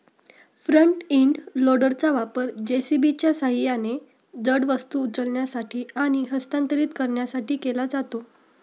front end लोडरचा वापर जे.सी.बीच्या सहाय्याने जड वस्तू उचलण्यासाठी आणि हस्तांतरित करण्यासाठी केला जातो